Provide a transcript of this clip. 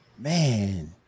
Man